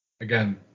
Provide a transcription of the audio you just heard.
again